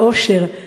העושר,